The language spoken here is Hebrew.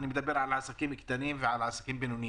אני מדבר על עסקים קטנים ובינוניים